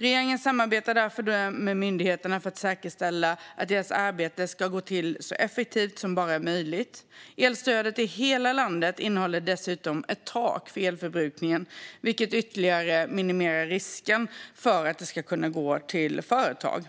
Regeringen samarbetar därför med myndigheterna för att säkerställa att deras arbete sker så effektivt som det bara är möjligt. Elstödet till hela landet innehåller dessutom ett tak för elförbrukningen, vilket ytterligare minimerar risken att det går till företag.